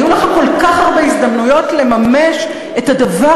היו לך כל כך הרבה הזדמנויות לממש את הדבר